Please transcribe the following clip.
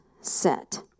set